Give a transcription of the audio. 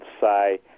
say